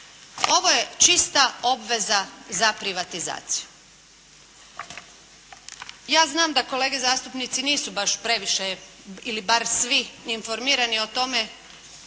Ovo je čista obveza za privatizaciju. Ja znam da kolege zastupnici nisu baš previše ili bar svi informirani o tome